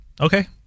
Okay